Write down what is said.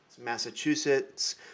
Massachusetts